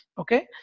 okay